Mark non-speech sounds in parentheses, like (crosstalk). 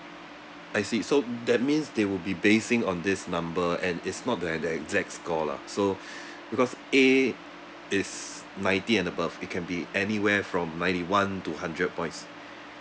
I see so that means they will be basing on this number and it's not the e~ the exact score lah so (breath) because A is ninety and above it can be anywhere from ninety one to hundred points